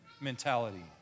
mentality